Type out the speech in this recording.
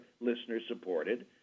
listener-supported